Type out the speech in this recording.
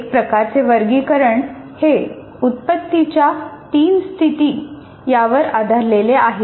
एक प्रकारचे वर्गीकरण हे उत्पत्तीच्या तीन स्थिती यांवर आधारलेले आहे